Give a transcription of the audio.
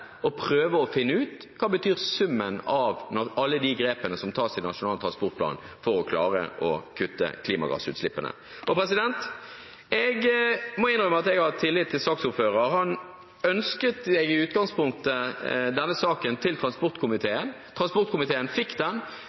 og prøve å finne ut hva summen av alle de grepene som tas i Nasjonal transportplan, betyr for å klare å kutte klimagassutslippene. Jeg må innrømme at jeg har tillit til saksordføreren. Han ønsket seg i utgangspunktet denne saken til transportkomiteen. Transportkomiteen fikk den,